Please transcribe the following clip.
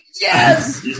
Yes